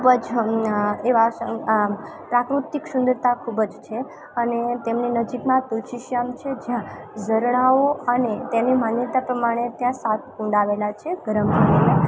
ખૂબ જ એવા પ્રાકૃતિક સુંદરતા ખૂબ જ છે અને તેમની નજીકમાં જ તુલસીશ્યામ છે જ્યાં ઝરણાઓ અને તેની માન્યતાઓ પ્રમાણે ત્યાં સાત કુંડ આવેલા છે ગરમપાણીના